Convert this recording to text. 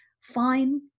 Fine